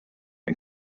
ein